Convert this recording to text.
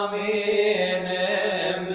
a